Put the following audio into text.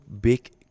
big